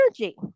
energy